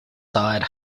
side